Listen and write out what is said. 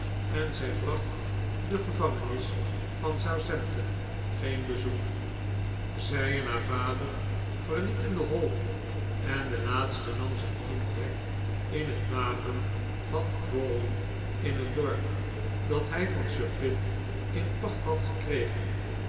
en zij bracht de gevangenis van southampton geen bezoek zij en haar vader verlieten de hall en de laatste nam zijn intrek in het wapen van crawley in het dorp dat hij van sir pitt in pacht had gekregen